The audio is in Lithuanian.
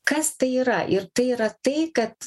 kas tai yra ir tai yra tai kad